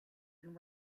and